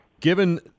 Given